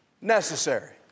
necessary